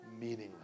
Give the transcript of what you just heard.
meaningless